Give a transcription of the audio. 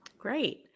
Great